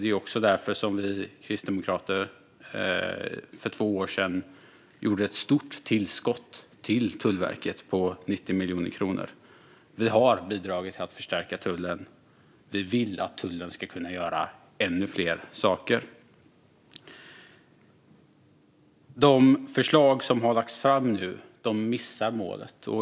Det var också därför som vi kristdemokrater för två år sedan kom med ett stort tillskott på 90 miljoner kronor till Tullverket. Vi har bidragit till att förstärka tullen. Vi vill att tullen ska kunna göra ännu fler saker. De förslag som nu har lagts fram missar målet.